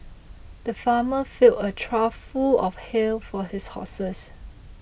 the farmer filled a trough full of hay for his horses